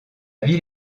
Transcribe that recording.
ville